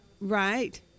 Right